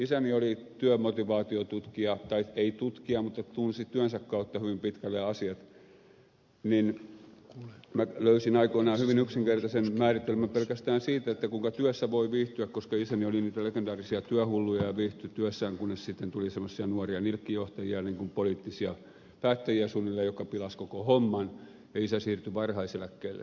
isäni oli työmotivaatiotutkija tai ei tutkija mutta tunsi työnsä kautta hyvin pitkälle asiat niin minä löysin aikoinaan hyvin yksinkertaisen määritelmän pelkästään siitä kuinka työssä voi viihtyä koska isäni oli niitä legendaarisia työhulluja ja viihtyi työssään kunnes sitten tuli semmoisia nuoria nilkkijohtajia niin kuin poliittisia päättäjiä suunnilleen jotka pilasivat koko homman ja isä siirtyi varhaiseläkkeelle